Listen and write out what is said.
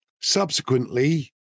Subsequently